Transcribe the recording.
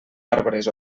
arbres